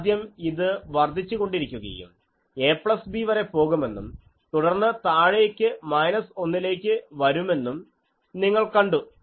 ആദ്യം ഇത് വർദ്ധിച്ചു കൊണ്ടിരിക്കുകയും a പ്ലസ് b വരെ പോകുമെന്നും തുടർന്ന് താഴേക്ക് മൈനസ് 1 ലേക്ക് വരുമെന്നും നിങ്ങൾ കണ്ടു